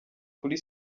kuli